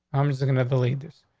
i'm just going to delete this.